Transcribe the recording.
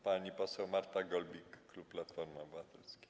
Pani poseł Marta Golbik, klub Platformy Obywatelskiej.